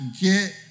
get